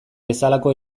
bezalako